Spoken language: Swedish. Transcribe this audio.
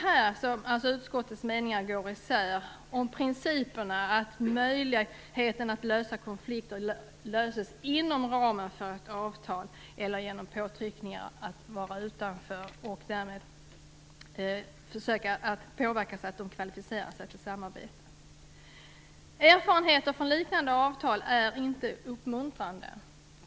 Här går utskottets meningar isär om principerna att göra det möjligt att lösa konflikter inom ramen för ett avtal eller genom påtryckningar om att vara utanför och därmed försöka att påverka dem att kvalificera sig för samarbete. Erfarenheterna av liknande avtal är inte uppmuntrande.